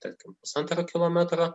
tarkim pusantro kilometro